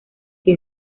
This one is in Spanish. que